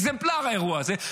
אקזמפלר האירוע הזה.